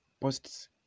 posts